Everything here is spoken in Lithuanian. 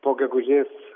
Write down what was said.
po gegužės